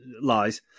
Lies